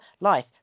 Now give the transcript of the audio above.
life